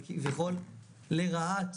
אבל כביכול לרעת